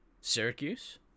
Syracuse